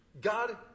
God